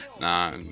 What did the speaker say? Nah